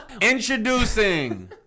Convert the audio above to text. Introducing